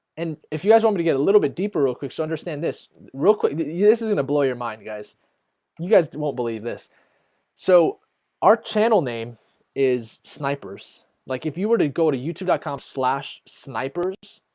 and if you guys want me to get a little bit deeper real quick so understand this real quick this is gonna blow your mind guys you guys won't believe this so our channel name is snipers like if you were to go to youtube dot com slash snipers.